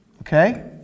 Okay